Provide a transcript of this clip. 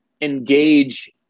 engage